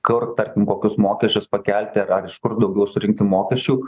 kur tarkim kokius mokesčius pakelti ar iš kur daugiau surinkti mokesčių